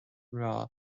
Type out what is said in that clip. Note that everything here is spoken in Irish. mná